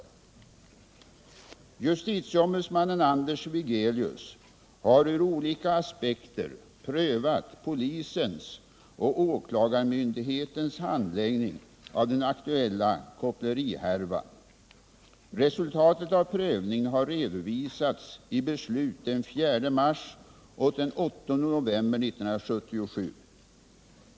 Tisdagen den Justitieombudsmannen Anders Wigelius har ur olika aspekter prövat 9 maj 1978 polisens och åklagarmyndighetens handläggning av den aktuella kopplerihärvan. Resultatet av prövningen har redovisats i beslut den 4 mars och den 8 november 1977.